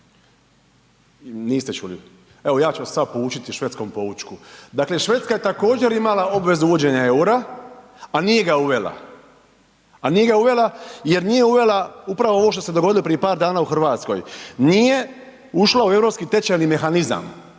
Niste čuli. Evo ja ću vas sad poučiti švedskom poučku. Dakle Švedska je također imala obvezu uvođenja eura a nije ga uvela, a nije ga uvela jer nije uvela upravo ovo što se dogodilo prije par dana u Hrvatskoj, nije ušla u europski tečajni mehanizam